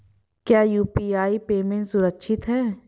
क्या UPI payment सुरक्षित है?